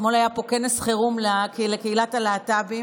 אתמול היה פה כנס חירום לקהילת הלהט"בים.